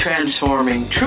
transforming